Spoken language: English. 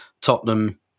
Tottenham